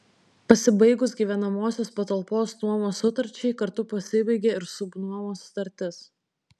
pasibaigus gyvenamosios patalpos nuomos sutarčiai kartu pasibaigia ir subnuomos sutartis